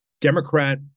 Democrat